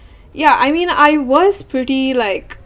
yeah I mean I was pretty like